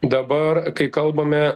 dabar kai kalbame